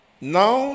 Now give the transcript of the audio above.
Now